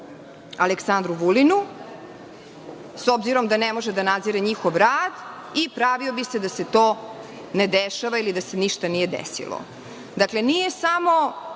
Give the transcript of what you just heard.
Aleksandru Vulinu, s obzirom da ne može da nadzire njihov rad i pravio bi se da se to ne dešava ili da se ništa nije desilo. Dakle, nije samo